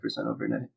overnight